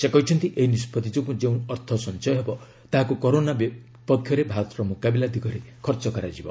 ସେ କହିଛନ୍ତି ଏହି ନିଷ୍ପତ୍ତି ଯୋଗୁଁ ଯେଉଁ ଅର୍ଥ ସଞ୍ଚୟ ହେବ ତାହାକୁ କରୋନା ବିପକ୍ଷରେ ଭାରତର ମୁକାବିଲା ଦିଗରେ ଖର୍ଚ୍ଚ କରାଯିବ